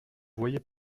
voyez